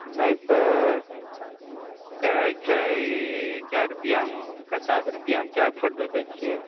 नहि तऽ कहै छै ई कै रुपैआमे पचास रुपैआमे कै गो फोटो दै छिए